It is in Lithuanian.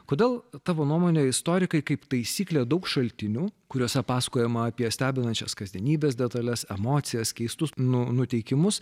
kodėl tavo nuomone istorikai kaip taisyklė daug šaltinių kuriuose pasakojama apie stebinančias kasdienybės detales emocijas keistus nu nutikimus